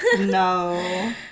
No